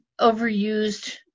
overused